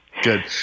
Good